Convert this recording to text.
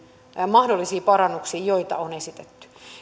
mahdollisiin parannuksiin joita on esitetty